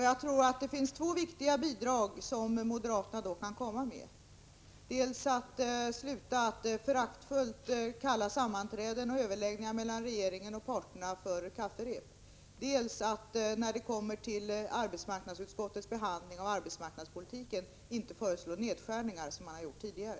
Jag tror att det finns två viktiga bidrag som moderaterna då kan komma med, dels att sluta med att föraktfullt kalla sammanträden och överläggningar mellan regeringen och parterna ”kafferep”, dels att, när arbetsmarknadspolitiken kommer upp till behandling i arbetsmarknadsutskottet, inte föreslå nedskärningar, som man har gjort tidigare.